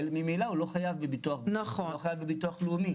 ממילא לא חייב בביטוח בריאות ולא בביטוח לאומי.